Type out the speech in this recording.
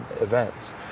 events